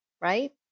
right